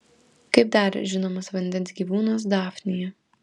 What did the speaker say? kaip dar žinomas vandens gyvūnas dafnija